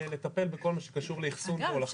לטפל בכל מה שקשור לאחסון והולכת נפט.